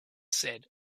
said